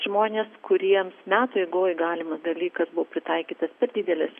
žmonės kuriems metų eigoj galimas dalykas buvo pritaikytas per didelis